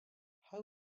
how